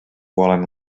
volen